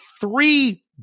three